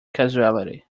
causality